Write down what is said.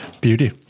Beauty